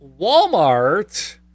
walmart